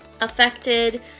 affected